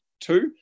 two